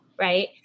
right